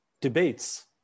debates